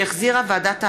שהחזירה ועדת העבודה,